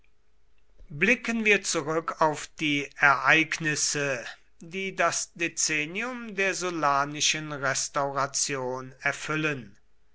blicken wir zurück auf die ereignisse die das dezennium der sullanischen restauration erfüllen